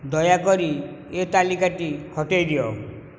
ଦୟାକରି ଏ ତାଲିକାଟି ହଟାଇ ଦିଅ